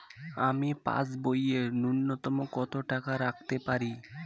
আমি পাসবইয়ে ন্যূনতম কত টাকা রাখতে পারি?